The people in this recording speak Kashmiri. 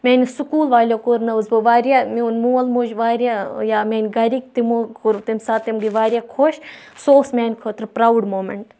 میانہِ سکوٗل والؠو کرنٲوٕس بہٕ واریاہ میون مول موج واریاہ یا میٲنۍ گرِکۍ تِمو کۆر تمہِ ساتہٕ تِم گٔیہِ واریاہ خۄش سُہ اوس میانہِ خٲطرٕ پراؤُڈ موٗمؠنٹ